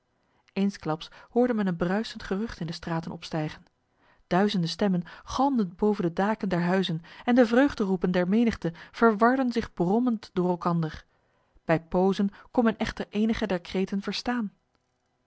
eensklaps hoorde men een bruisend gerucht in de straten opstijgen duizenden stemmen galmden boven de daken der huizen en de vreugderoepen der menigte verwarden zich brommend door elkander bij pozen kon men echter enige der kreten verstaan